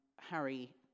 Harry